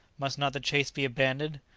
must not the chase be abandoned?